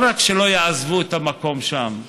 לא רק שלא יעזבו את המקום שם,